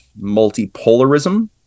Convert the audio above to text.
multipolarism